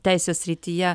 teisės srityje